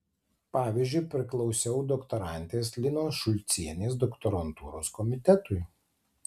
pavyzdžiui priklausiau doktorantės linos šulcienės doktorantūros komitetui